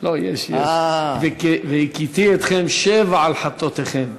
לא, יש, יש: והכיתי אתכם שבע על חטאותיכם.